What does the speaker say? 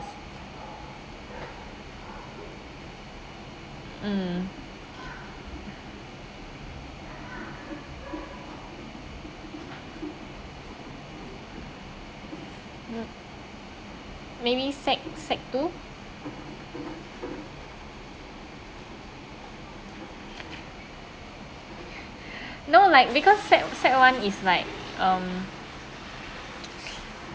mm mm maybe sec sec two no like because sec sec one is like um